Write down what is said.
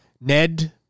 Ned